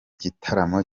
gitaramo